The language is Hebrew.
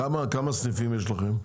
כמה סניפים יש לכם?